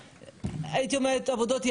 הייתי אומרת עבודות ידיים,